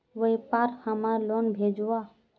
व्यापार हमार लोन भेजुआ?